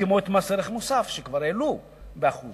כמו את מס ערך מוסף שכבר העלו ב-1%?